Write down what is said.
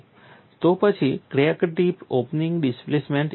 તો પછી crack tip opening displacement એટલે શું